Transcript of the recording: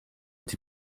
die